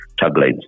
taglines